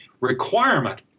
requirement